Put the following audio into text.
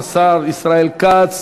השר ישראל כץ,